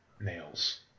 nails